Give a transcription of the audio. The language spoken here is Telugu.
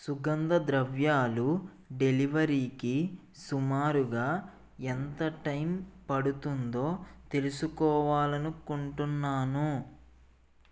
సుగంధ ద్రవ్యాలు డెలివరీకి సుమారుగా ఎంత టైం పడుతుందో తెలుసుకోవాలనుకుంటున్నాను